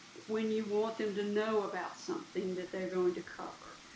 when you want them to know about something that they're going to cover.